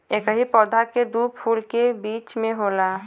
एकही पौधा के दू फूल के बीच में होला